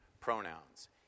pronouns